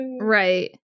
right